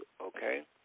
okay